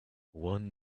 one